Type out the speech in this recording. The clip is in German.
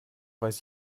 weiß